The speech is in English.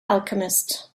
alchemist